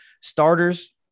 starters